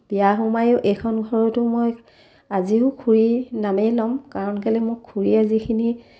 বিয়া সোমায়ো এইখন ঘৰতো মই আজিও খুৰী নামেই ল'ম কাৰণ কেলৈ মোক খুৰীয়ে যিখিনি